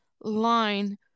line